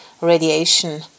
radiation